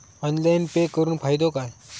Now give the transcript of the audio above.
Online pay करुन फायदो काय?